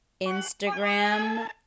Instagram